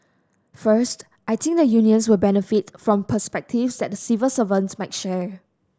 first I think the unions will benefit from perspectives that the civil servants might share